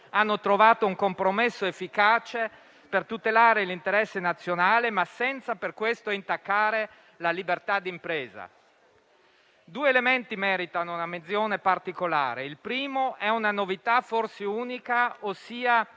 hanno trovato un compromesso efficace per tutelare l'interesse nazionale, ma senza per questo intaccare la libertà di impresa. Due elementi meritano una menzione particolare: il primo è una novità forse unica, ossia